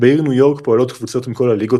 בעיר ניו יורק פועלות קבוצות מכל הליגות